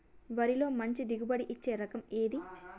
వరిలో మంచి దిగుబడి ఇచ్చే రకం ఏది?